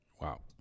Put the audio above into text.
Wow